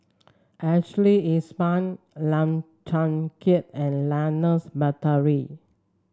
Ashley Isham Lim Chong Keat and Ernest Monteiro